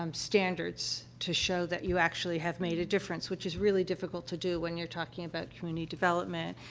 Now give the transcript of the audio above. um standards to show that you actually have made a difference, which is really difficult to do when you're talking about community development,